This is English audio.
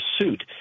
suit